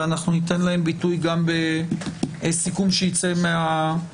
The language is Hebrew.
ואנחנו ניתן להן ביטוי גם בסיכום שיצא מהוועדה.